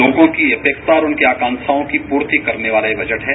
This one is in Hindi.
लोगों की अपेक्षा और उनकी आकांक्षायों की पूर्ति करने वाला यह बजट है